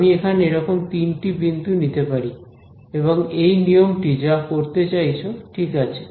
আমি এখানে এরকম তিনটে বিন্দু নিতে পারি এবং এই নিয়মটি যা করতে চাইছে ঠিক আছে